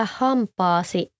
hampaasi